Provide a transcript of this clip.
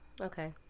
Okay